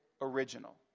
original